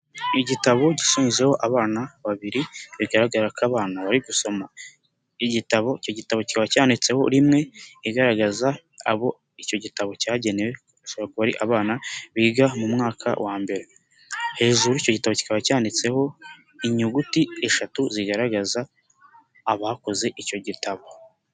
Igitabo gishushanijeho abana babiri, bigaragara ko abana bari gusoma igitabo, icyo gitabo kiba cyanditseho rimwe, igaragaza abo icyo gitabo cyagenewe, bishora kuba ari abana biga mu mwaka wa mbere. Hejuru y'cyo gitabo kikaba cyanditseho inyuguti eshatu zigaragaza abakoze icyo gitabo.